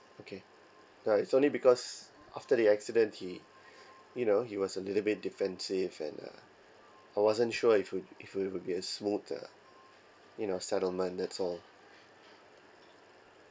okay ya it's only because after the accident he you know he was a little bit defensive and uh I wasn't sure if you if you will be a smooth uh you know settlement that's all